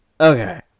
Okay